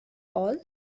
all